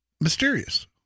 mysterious